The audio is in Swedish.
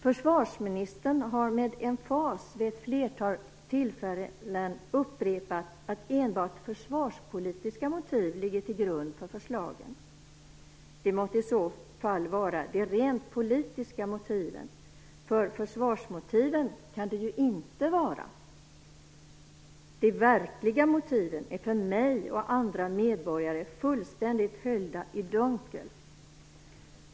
Försvarsministern har med emfas vid ett flertal tillfällen upprepat att enbart försvarspolitiska motiv ligger till grund för förslagen. Det måtte i så fall vara rent politiska motiv, för försvarsmotiv kan det ju inte vara. De verkliga motiven är för mig och andra medborgare fullständigt höljda i dunkel.